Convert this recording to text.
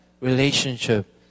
relationship